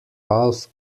half